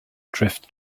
drift